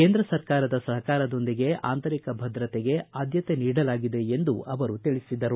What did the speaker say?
ಕೇಂದ್ರ ಸರ್ಕಾರದ ಸಹಕಾರದೊಂದಿಗೆ ಆಂತರಿಕ ಭದ್ರತೆಗೆ ಆದ್ದತೆ ನೀಡಲಾಗಿದೆ ಎಂದು ಅವರು ತಿಳಿಸಿದರು